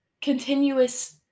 continuous